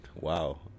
Wow